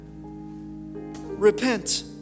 repent